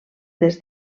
des